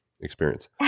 experience